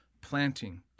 planting